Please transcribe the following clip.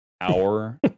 hour